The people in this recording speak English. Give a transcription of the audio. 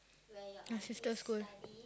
your sister school